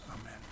Amen